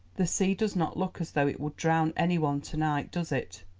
the sea does not look as though it would drown any one to-night, does it?